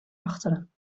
achteren